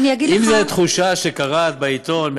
אם זו תחושה שקראת בעיתון,